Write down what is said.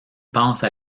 pense